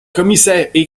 commissaire